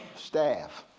staff.